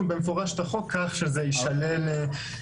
במפורש את החוק כך שזה יישלל עבורן,